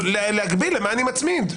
להגביל למה אני מצמיד.